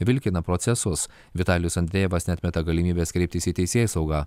vilkina procesus vitalijus andrejevas neatmeta galimybės kreiptis į teisėsaugą